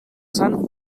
sant